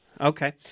Okay